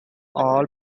all